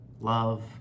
love